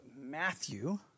Matthew